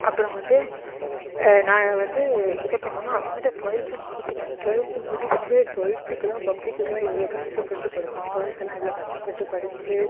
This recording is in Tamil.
அப்புறம் வந்து நாங்கள் வந்து இதைப் பண்ணோமா அப்புறமேட்டு ட்வெல்த் முடிச்சுட்டு ட்வெல்த் முடிச்சுட்டு ட்வெல்த்துக்கெல்லாம் பப்ளிக்குக்கெல்லாம் எவ்வளோ கஷ்ட்டப்பட்டு படித்தோம் ட்வெல்த்தெல்லாம் எவ்வளோ கஷ்டப்பட்டு படித்து